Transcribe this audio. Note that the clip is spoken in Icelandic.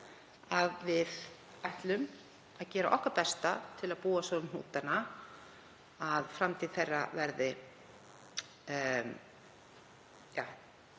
að við ætlum að gera okkar besta til að búa svo um hnútana að framtíð þeirra verði